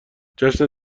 جشن